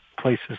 places